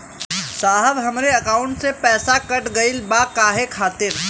साहब हमरे एकाउंट से पैसाकट गईल बा काहे खातिर?